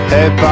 Hey